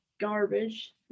garbage